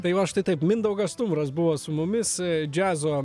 tai va štai taip mindaugas stumbras buvo su mumis džiazo